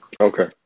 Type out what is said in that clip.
Okay